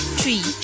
three